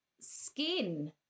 skin